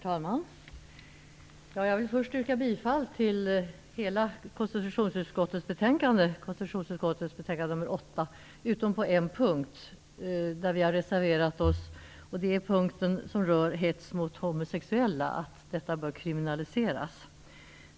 Herr talman! Jag vill först yrka bifall till utskottets hemställan i konstitutionsutskottets betänkande nr 8 utom på en punkt där vi har reserverat oss, nämligen frågan om hets mot homosexuella och att detta bör kriminaliseras.